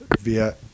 via